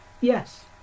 yes